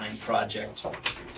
project